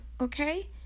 Okay